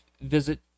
visit